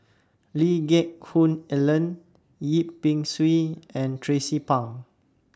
Lee Geck Hoon Ellen Yip Pin Xiu and Tracie Pang